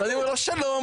ואני אומר לו: שלום,